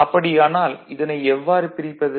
அப்படியானால் இதனை எவ்வாறு பிரிப்பது